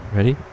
Ready